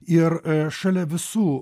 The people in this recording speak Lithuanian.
ir šalia visų